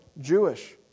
Jewish